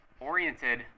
oriented